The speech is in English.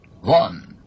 One